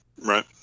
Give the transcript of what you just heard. Right